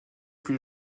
plus